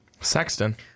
Sexton